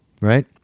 right